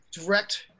direct